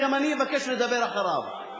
גם אני אבקש לדבר אחריו.